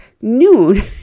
noon